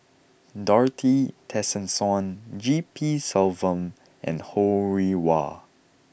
Dorothy Tessensohn G P Selvam and Ho Rih Hwa